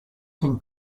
can